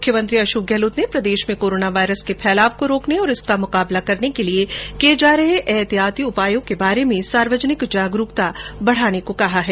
मुख्यमंत्री अशोक गहलोत ने प्रदेश में कोरोना वायरस के फैलाव को रोकने और इसका मुकाबला करने के लिए किये जा रहे एहतियाती उपायो के बारे में सार्वजनिक जागरूकता बढाने को कहा है